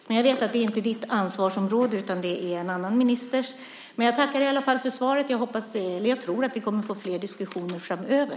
Men jag vet att detta inte är ditt ansvarsområde utan en annan ministers. Jag tackar i alla fall för svaret och tror att vi kommer att få flera diskussioner framöver.